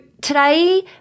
today